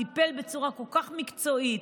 טיפל בצורה כל כך מקצועית,